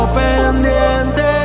pendiente